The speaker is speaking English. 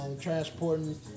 transporting